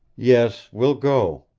yes, we'll go.